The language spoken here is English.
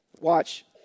Watch